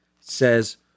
says